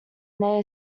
their